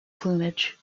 plumage